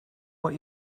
what